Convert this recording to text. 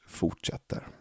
fortsätter